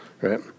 right